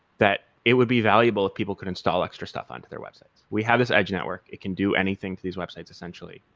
that it would be valuable if people could install extra stuff on to their websites. we have is edge network. it can do anything to these websites essentially.